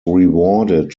rewarded